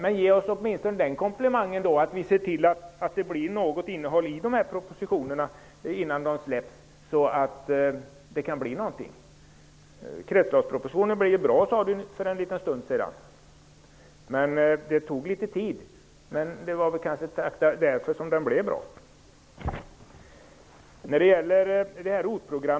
Men ge oss åtminstone den komplimangen att vi ser till att det blir något innehåll i propositionerna innan de framläggs, så att det kan bli några resultat! Inga Britt Johansson sade för en liten stund sedan att kretsloppspropositionen blev bra, men det tog litet tid. Kanske var det därför som den blev bra.